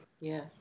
Yes